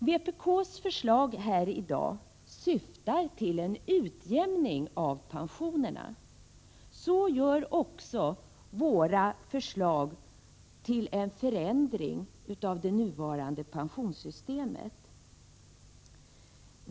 Vpk:s förslag här i dag syftar till en utjämning av pensionerna. Det gör också våra förslag till en förändring av det nuvarande pensionssystemet.